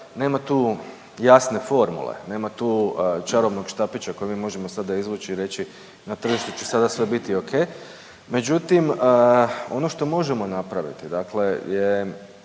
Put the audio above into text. nema tu jasne formule, nema tu čarobnog štapića koji mi možemo sada izvući i reći na tržištu će sada sve biti oke, međutim, ono što možemo napraviti dakle je